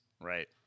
Right